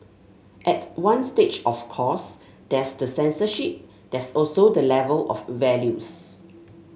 at one stage of course there's the censorship there's also the level of values